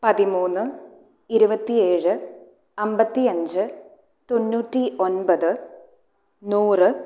പതിമൂന്ന് ഇരുപത്തി ഏഴ് അൻപത്തി അഞ്ച് തൊണ്ണൂറ്റി ഒൻപത് നൂറ്